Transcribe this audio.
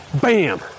bam